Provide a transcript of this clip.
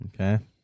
Okay